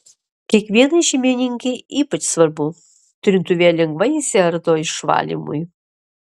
kiekvienai šeimininkei ypač svarbu trintuvė lengvai išsiardo išvalymui